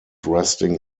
resting